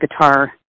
guitar